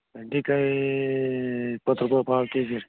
ಬೆಂಡಿಕಾಯಿ ಇಪ್ಪತ್ತು ರೂಪಾಯಿ ಪಾವು ಕೆ ಜಿ ರೀ